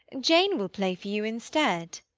jane will play for you, instead.